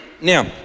Now